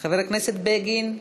חבר הכנסת בגין.